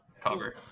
Cover